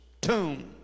tomb